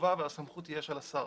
החובה והסמכות תהיה של השר.